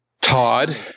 Todd